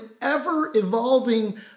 ever-evolving